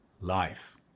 life